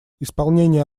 исполнение